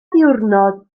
ddiwrnod